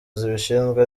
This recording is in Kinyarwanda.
zibishinzwe